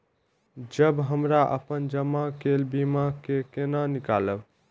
जब हमरा अपन जमा केल बीमा के केना निकालब?